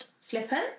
Flippant